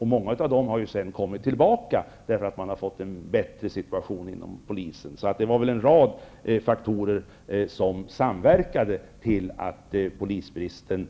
Många av dessa poliser har sedan kommit tillbaka eftersom villkoren inom polisen har blivit bättre. Det var alltså en rad faktorer som samverkade till att denna polisbrist uppstod